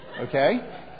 Okay